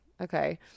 okay